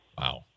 Wow